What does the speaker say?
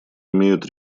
имеют